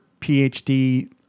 PhD